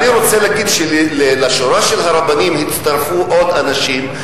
אני רוצה להגיד שלשורה של הרבנים הצטרפו עוד אנשים,